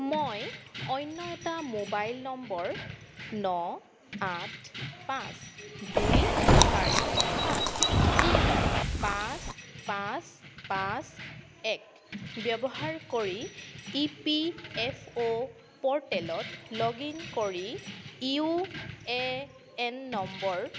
মই অন্য এটা মোবাইল নম্বৰ ন আঠ পাঁচ দুই চাৰি পাঁচ শূন্য পাঁচ পাঁচ পাঁচ এক ব্যৱহাৰ কৰি ই পি এফ অ' প'ৰ্টেলত লগ ইন কৰি ইউ এ এন নম্বৰ